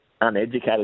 uneducated